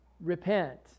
repent